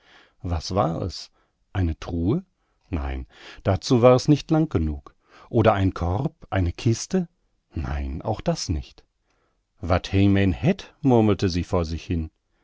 was war es eine truhe nein dazu war es nicht lang genug oder ein korb eine kiste nein auch das nicht wat he man hett murmelte sie vor sich hin